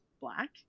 black